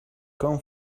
come